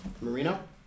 Marino